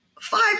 five